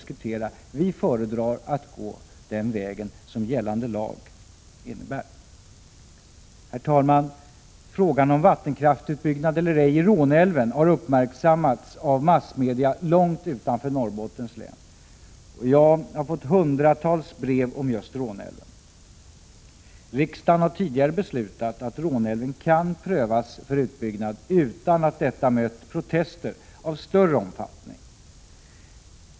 Vi föredrar att gå den väg som gällande lag föreskriver. Herr talman! Frågan om vattenkraftsutbyggnad eller ej i Råneälven har uppmärksammats av massmedia långt utanför Norrbottens län. Jag har fått hundratals brev om just Råneälven. Riksdagen har tidigare beslutat att Råneälven kan prövas för utbyggnad utan att detta möter protester av större omfattning.